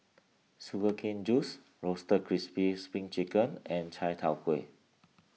Sugar Cane Juice Roasted Crispy Spring Chicken and Chai Tow Kway